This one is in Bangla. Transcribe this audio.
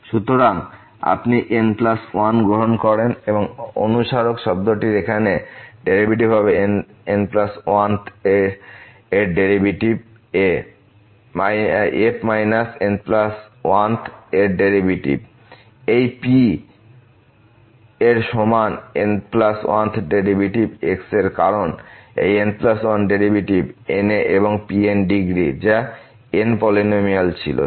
সুতরাং যদি আপনি n1 গ্রহণ করেন এই অনুস্মারক শব্দটির এখানে এবং ডেরিভেটিভ তবে n1th এর ডেরিভেটিভ এ f মাইনাস n1th এর ডেরিভেটিভ এই p এর সমান n1th ডেরিভেটিভ x এর কারণ এর n1th ডেরিভেটিভ nএ বং Pn ডিগ্রী n এর পলিনমিয়াল ছিল